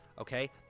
Okay